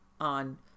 on